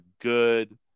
good